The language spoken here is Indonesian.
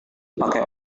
dipakai